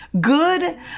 Good